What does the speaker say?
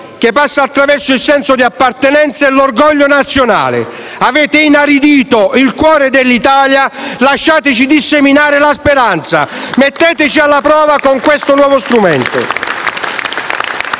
le identità, il senso di appartenenza e l'orgoglio nazionale. Avete inaridito il cuore dell'Italia. Lasciateci disseminare la speranza. Metteteci alla prova con questo nuovo strumento.